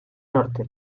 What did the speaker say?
norte